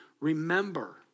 remember